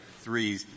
three